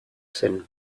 zen